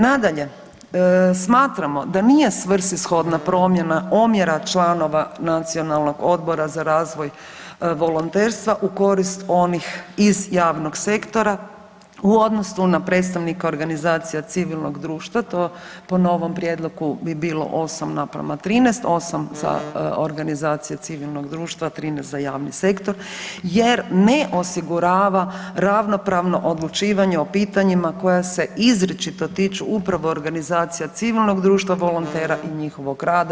Nadalje, smatramo da nije svrsishodna promjena omjera članova Nacionalnog odbora za razvoj volonterstva u korist onih iz javnog sektora u odnosu na predstavnike organizacije civilnog društva, to po novom prijedlogu bi bilo 8:13, 8 za organizacije civilnost društva, a 13 za javni sektor jer ne osigurava ravnopravno odlučivanje o pitanjima koja se izričito tiču upravo organizacija civilnog društva volontera i njihovog rada.